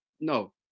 no